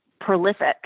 prolific